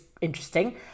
interesting